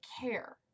care